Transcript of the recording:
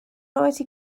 write